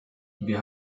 wir